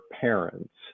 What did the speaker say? parents